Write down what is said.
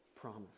promise